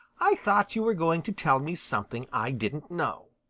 i thought you were going to tell me something i didn't know.